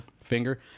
finger